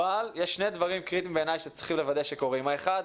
אבל יש שני דברים קריטיים שצריך לוודא שקורים: האחד,